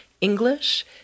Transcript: English